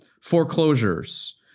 foreclosures